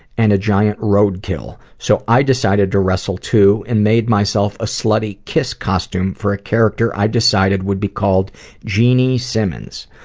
and a giant road kill, so i decided to wrestle, too, and made myself a slutty kiss costume for a character i decided would be called genie simmons.